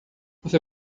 você